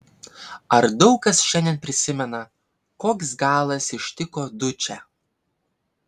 ar daug kas šiandien prisimena koks galas ištiko dučę